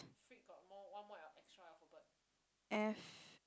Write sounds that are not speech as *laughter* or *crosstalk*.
*noise* F